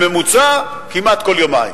בממוצע, כמעט כל יומיים.